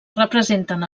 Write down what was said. representen